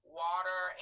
water